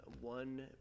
one